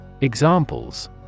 Examples